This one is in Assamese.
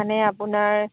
মানে আপোনাৰ